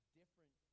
different